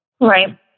Right